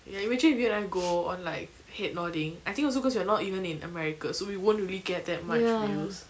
ya imagine you and I go on like head nodding I think also cause we're not even in america so we won't really get that much views